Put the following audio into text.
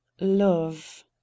love